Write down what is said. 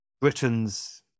Britain's